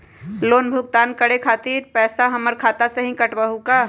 Loan भुगतान करे के खातिर पैसा हमर खाता में से ही काटबहु का?